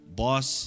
boss